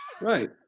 Right